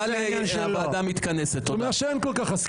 זה כבר יגיע.